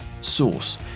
source